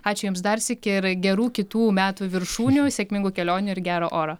ačiū jums dar sykį ir gerų kitų metų viršūnių sėkmingų kelionių ir gero oro